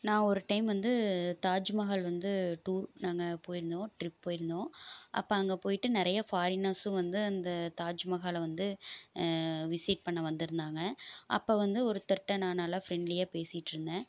நான் ஒரு டைம் வந்து தாஜ்மஹால் வந்து டூர் நாங்கள் போயிருந்தோம் ட்ரிப் போயிருந்தோம் அப்போ அங்கே போய்விட்டு நிறைய ஃபாரினர்ஸும் வந்து அந்த தாஜ்மஹாலை வந்து விசிட் பண்ண வந்திருந்தாங்க அப்போ வந்து ஒருத்தர்கிட்ட நான் நல்லா ஃப்ரெண்ட்லியாக பேசிகிட்ருந்தேன்